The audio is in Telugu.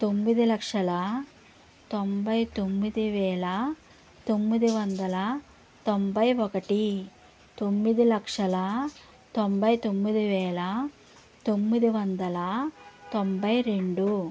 తొమ్మిది లక్షల తొంభై తొమ్మిది వేల తొమ్మిది వందల తొంభై ఒకటి తొమ్మిది లక్షల తొంభై తొమ్మిది వేల తొమ్మిది వందల తొంభై రెండు